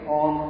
on